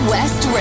West